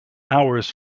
hours